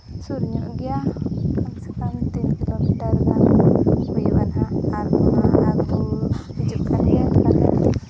ᱥᱩᱨ ᱧᱚᱜ ᱜᱮᱭᱟ ᱠᱚᱢ ᱥᱮ ᱠᱚᱢ ᱛᱤᱱ ᱠᱤᱞᱳᱢᱤᱴᱟᱨ ᱜᱟᱱ ᱦᱩᱭᱩᱜᱼᱟ ᱱᱟᱦᱟᱸᱜ ᱟᱨ ᱚᱱᱟ ᱠᱚ ᱦᱤᱡᱩᱜ ᱠᱟᱱ ᱜᱮᱭᱟ